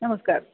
नमस्कार